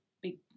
big